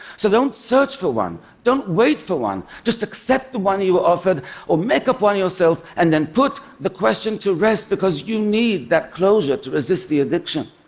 so don't search for one, don't wait for one, just accept the one you were offered or make up one yourself and then put the question to rest, because you need that closure to resist the addiction.